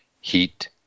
Heat